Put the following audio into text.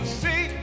see